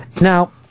now